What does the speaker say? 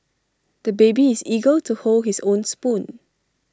the baby is eager to hold his own spoon